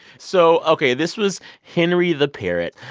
so ok. this was henry the parrot.